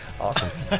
Awesome